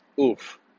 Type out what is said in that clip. Oof